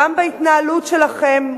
גם בהתנהלות שלכם,